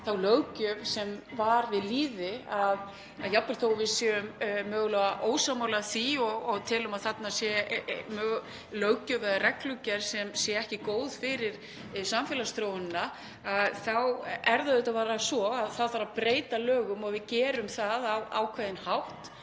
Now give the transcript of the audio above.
þá löggjöf sem var við lýði, að jafnvel þótt við séum mögulega ósammála því og teljum að þarna sé löggjöf eða reglugerð sem sé ekki góð fyrir samfélagsþróunina þá er það auðvitað bara svo að þá þarf að breyta lögum. Við gerum það á ákveðinn hátt